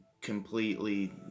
completely